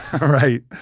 Right